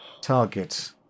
target